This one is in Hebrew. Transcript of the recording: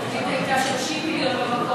התוכנית הייתה 30 מיליון במקור.